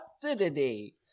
today